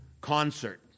concert